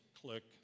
Click